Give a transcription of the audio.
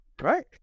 Right